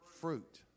fruit